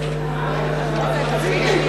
3,